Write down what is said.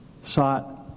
Sought